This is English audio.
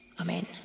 Amen